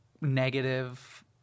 negative